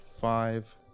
five